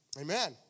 Amen